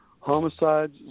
homicides